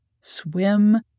swim